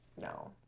no